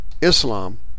Islam